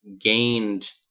gained